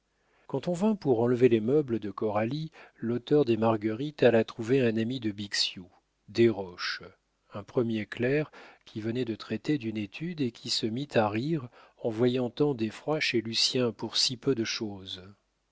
quand on vint pour enlever les meubles de coralie l'auteur des marguerites alla trouver un ami de bixiou desroches un premier clerc qui venait de traiter d'une étude et qui se mit à rire en voyant tant d'effroi chez lucien pour si peu de chose